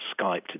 Skype